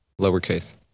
Lowercase